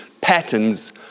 Patterns